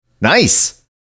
Nice